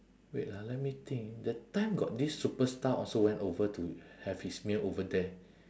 wait ah let me think that time got this superstar also went over to have his meal over there